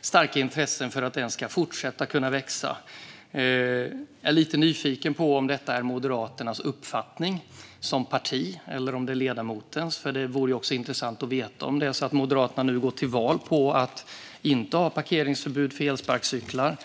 starka intressen bakom att den ska kunna fortsätta växa. Jag är lite nyfiken på om detta är Moderaternas uppfattning som parti eller om det är ledamotens uppfattning. Det vore intressant att veta om Moderaterna nu går till val på att inte ha parkeringsförbud för elsparkcyklar.